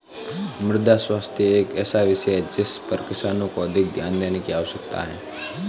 मृदा स्वास्थ्य एक ऐसा विषय है जिस पर किसानों को अधिक ध्यान देने की आवश्यकता है